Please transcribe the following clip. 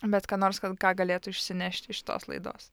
bet ką nors kad ką galėtų išsinešti iš šitos laidos